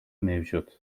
mevcut